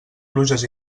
pluges